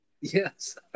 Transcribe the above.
Yes